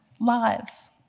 Lives